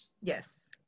yes